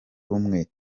rumwe